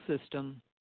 system